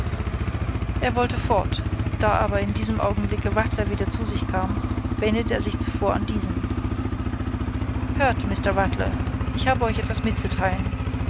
er wollte fort da aber in diesem augenblicke rattler wieder zu sich kam wendete er sich zuvor an diesen hört mr rattler ich habe euch etwas mitzuteilen